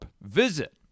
Visit